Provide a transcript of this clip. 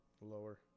Lower